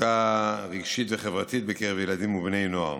מצוקה רגשית וחברתית בקרב ילדים ובני נוער.